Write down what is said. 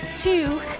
two